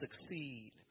succeed